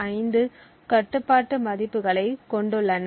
5 கட்டுப்பாட்டு மதிப்பைக் கொண்டுள்ளன